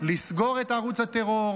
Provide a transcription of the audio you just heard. לסגור את ערוץ הטרור,